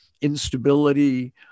instability